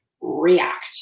react